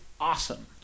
awesome